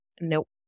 Nope